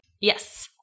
Yes